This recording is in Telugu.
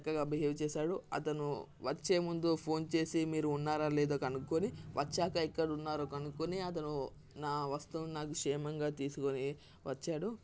చక్కగా బిహేవ్ చేశాడు అతను వచ్చేముందు ఫోన్ చేసి మీరు ఉన్నారా లేదా కనుక్కొని వచ్చాక ఎక్కడున్నారో కనుక్కొని అతను నా వస్తువు నాకు క్షేమంగా తీసుకుని వచ్చాడు